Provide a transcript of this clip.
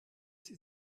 sie